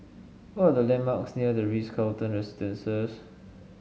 what are the landmarks near the Ritz Carlton Residences